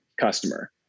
customer